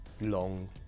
long